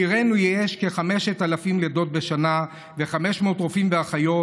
בעירנו יש כ-5,000 לידות בשנה ו-500 רופאים ואחיות.